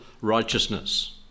righteousness